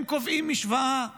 הם קובעים משוואה מיוחדת: